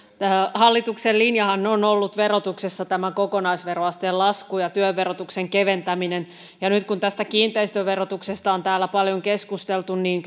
hallituksen linjahan on ollut verotuksessa kokonaisveroasteen lasku ja työn verotuksen keventäminen nyt kun tästä kiinteistöverotuksesta on täällä paljon keskusteltu niin